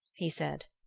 he said.